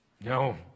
No